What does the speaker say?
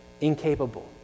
incapable